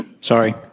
Sorry